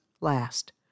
last